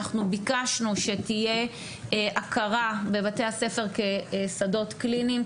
אנחנו ביקשנו שתהיה הכרה בבתי הספר כשדות קליניים,